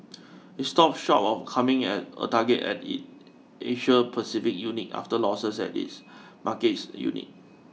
it stopped short of confirming a target at its Asia Pacific unit after losses at its markets unit